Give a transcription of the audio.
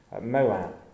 Moab